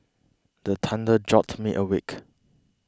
the thunder jolt me awake